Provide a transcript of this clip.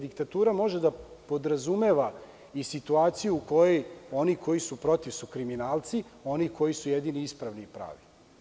Diktatura može da podrazumeva i situaciju u kojoj oni koji su protiv su kriminalci, oni koji su jedini ispravni i pravi.